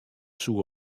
soe